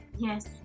Yes